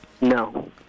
no